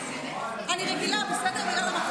(תיקון מס' 3), התשפ"ד 2024, לוועדת